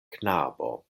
knabo